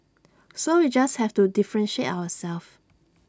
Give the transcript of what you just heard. so we just have to differentiate ourselves